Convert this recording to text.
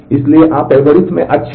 इसलिए यदि आप एल्गोरिदम में अच्छे हैं